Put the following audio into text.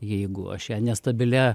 jeigu aš ją nestabilia